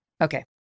okay